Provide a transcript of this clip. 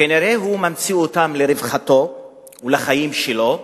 כנראה הוא ממציא אותם לרווחתו ולחיים שלו,